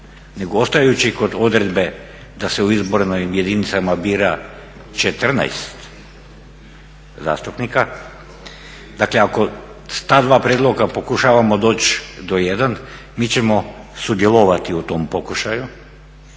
nego ostajući kod odredbe da se u izbornim jedinicama bira 14 zastupnika. Dakle ako ta dva prijedlog pokušavamo doći do jedan, mi ćemo sudjelovati u tom pokušaju